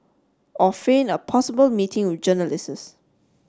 or feign a possible meeting with journalists